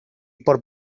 por